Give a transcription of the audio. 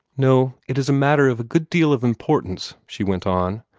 no it is a matter of a good deal of importance, she went on.